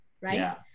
right